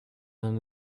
and